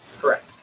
Correct